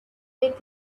with